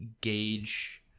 gauge